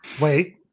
Wait